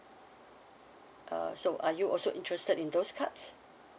uh so are you also interested in those cards